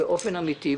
באופן אמיתי.